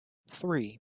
three